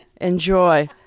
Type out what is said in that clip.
Enjoy